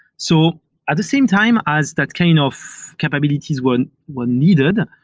so at the same time, as that kind of capabilities were were needed,